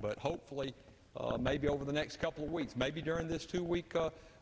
but hopefully maybe over the next couple of weeks maybe during this two week